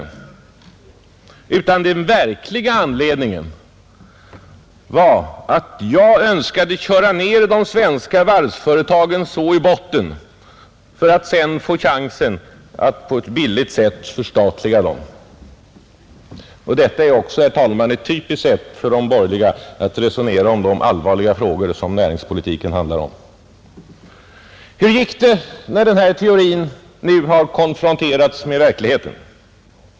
Den verkliga anledningen skulle vara att jag önskade köra ner de svenska varvsföretagen i botten för att sedan få chansen att på ett billigt sätt förstatliga dem, Detta är också, herr talman, ett för de borgerliga typiskt sätt att resonera om de allvarliga frågor näringspolitiken handlar om, Hur gick det när denna teori nu konfronterades med verkligheten?